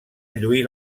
lluir